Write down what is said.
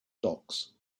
docs